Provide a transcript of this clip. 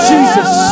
Jesus